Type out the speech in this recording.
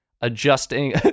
adjusting